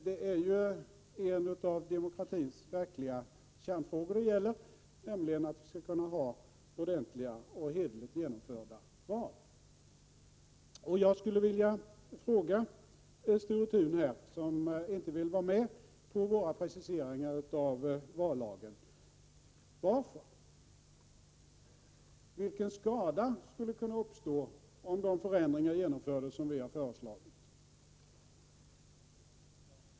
Det är ju en av demokratins verkliga kärnfrågor det gäller, nämligen att vi skall kunna ha ordentliga och hederligt genomförda val. Jag skulle vilja fråga Sture Thun, som inte vill vara med på våra preciseringar av vallagen: Vilken skada skulle kunna uppstå om de förändringar genomfördes som vi föreslagit?